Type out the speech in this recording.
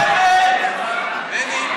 להצביע.